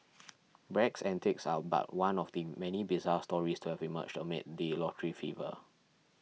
Bragg's antics are but one of the many bizarre stories to have emerged amid the lottery fever